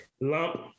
lump